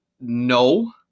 no